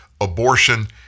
abortion